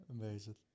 Amazing